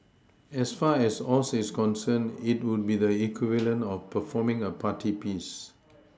as far as Oz is concerned it would be the equivalent of performing a party piece